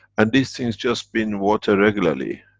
and these things just been watered regularly.